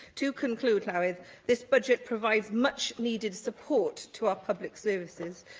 to conclude, llywydd, this budget provides much needed support to our public services,